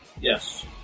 yes